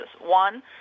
One